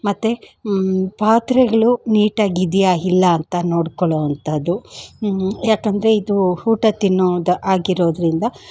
ಮತ್ತು ಪಾತ್ರೆಗಳು ನೀಟಾಗಿದೆಯಾ ಇಲ್ಲ ಅಂತ ನೋಡ್ಕೊಳ್ಳೋ ಅಂಥದ್ದು ಯಾಕಂದರೆ ಇದು ಊಟ ತಿನ್ನೋದು ಆಗಿರೋದ್ರಿಂದ